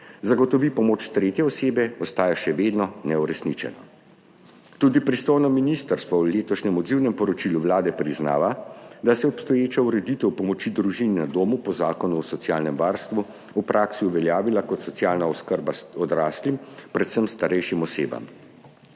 zagotovi pomoč tretje osebe, ostaja še vedno neuresničeno. Tudi pristojno ministrstvo v letošnjem odzivnem poročilu Vlade priznava, da se je obstoječa ureditev pomoči družini na domu po Zakonu o socialnem varstvu v praksi uveljavila kot socialna oskrba odraslim, predvsem starejšim osebam.